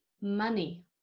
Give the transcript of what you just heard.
Money